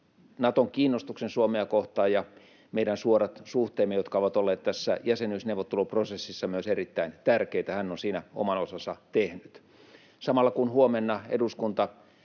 Naton kiinnostuksen Suomea kohtaan ja meidän suorat suhteemme, jotka ovat olleet tässä jäsenyysneuvotteluprosessissa myös erittäin tärkeitä. Hän on siinä oman osansa tehnyt. Samalla kun huomenna eduskunta